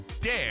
dare